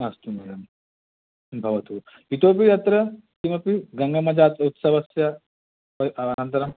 अस्तु मेडं भवतु इतोऽपि अत्र किमपि गङ्गम्मा उत्सवस्य अनन्तरम्